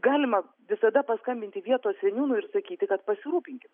galima visada paskambinti vietos seniūnui ir sakyti kad pasirūpinkit